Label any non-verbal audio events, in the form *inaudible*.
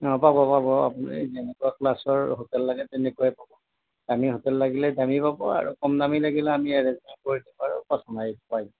অঁ পাব পাব আপুনি যেনেকুৱা ক্লাছৰ হোটেল লাগে তেনেকুৱাই পাব দামী হোটেল লাগিলে দামীয়ে পাব আৰু কম দামী লাগিলে আমি এৰেঞ্জো কৰি দিব পাৰোঁ *unintelligible*